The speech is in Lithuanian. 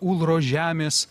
ulro žemės